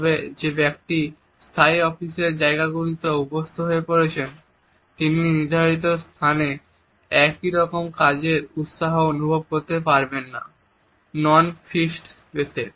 তবে যে ব্যক্তি স্থায়ী অফিসের জায়গাতে অভ্যস্ত হয়ে পড়েছেন তিনি নির্ধারিত স্থানে একই রকম কাজের উৎসাহ অনুভব করতে পারবেন না নন ফিক্সড স্পেসে